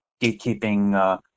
gatekeeping